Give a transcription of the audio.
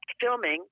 filming